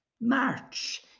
March